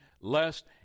lest